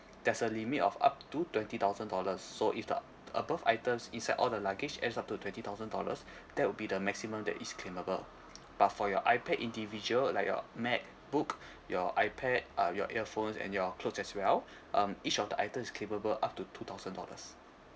there's a limit of up to twenty thousand dollars so if the above items inside all the luggage adds up to twenty thousand dollars that will be the maximum that is claimable but for your iPad individual like your mac book your iPad uh your earphones and your clothes as well um each of the item is claimable up to two thousand dollars